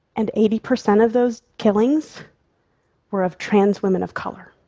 and eighty percent of those killings were of trans women of color.